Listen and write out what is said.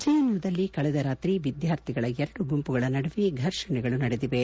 ಜೆಎನ್ಯುನಲ್ಲಿ ಕಳೆದ ರಾತ್ರಿ ವಿದ್ಯಾರ್ಥಿಗಳ ಎರಡು ಗುಂಪುಗಳ ನಡುವೆ ಫರ್ಷಣೆಗಳು ನಡೆದಿವೆ